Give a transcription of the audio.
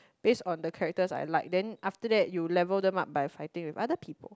based on the characters I like then after that you level them up by fighting with other people